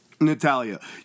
Natalia